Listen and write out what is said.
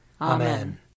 Amen